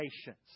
patience